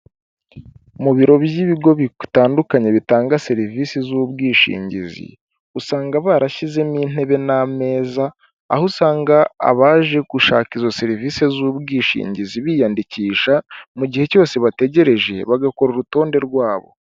Mu biro by'ibigo bitandukanye bitanga serivisi z'ubwishingizi usanga barashyizemo intebe n'ameza, aho usanga abaje gushaka izo serivise z'ubwishingizi biyandikisha mu gihe cyose bategereje bagakora urutonde rwabo.